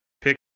Pick